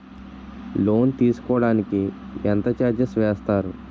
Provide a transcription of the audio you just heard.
Loan తీసుకోడానికి ఎంత charges వేస్తారు?